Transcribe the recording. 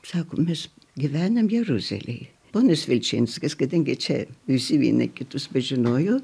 sako mes gyvenam jeruzalėj ponas vilčinskas kadangi čia visi vieni kitus pažinojo